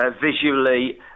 visually